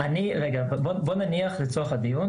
רגע, בוא נניח לצורך הדיון